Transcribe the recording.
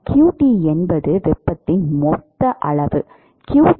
qt என்பது வெப்பத்தின் மொத்த அளவு qt N qf